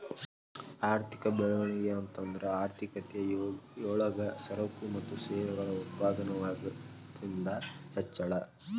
ಆರ್ಥಿಕ ಬೆಳವಣಿಗೆ ಅಂತಂದ್ರ ಆರ್ಥಿಕತೆ ಯೊಳಗ ಸರಕು ಮತ್ತ ಸೇವೆಗಳ ಉತ್ಪಾದನದಾಗಿಂದ್ ಹೆಚ್ಚಳ